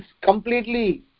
completely